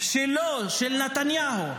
שלו, של נתניהו,